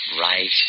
right